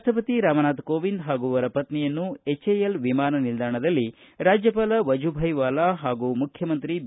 ರಾಷ್ಪಪತಿ ರಾಮನಾಥ್ ಕೋವಿಂದ್ ಹಾಗೂ ಅವರ ಪತ್ನಿಯನ್ನು ಹೆಚ್ಎಎಲ್ ವಿಮಾನ ನಿಲ್ದಾಣದಲ್ಲಿ ರಾಜ್ಙಪಾಲ ವಾಜುಭಾಯ್ ವಾಲಾ ಹಾಗೂ ಮುಖ್ಯಮಂತ್ರಿ ಬಿ